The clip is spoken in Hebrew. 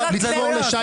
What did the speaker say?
חה"כ